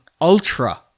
ultra